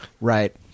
right